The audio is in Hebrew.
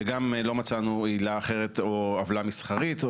גם לא מצאנו עילה אחרת או עוולה מסחרית.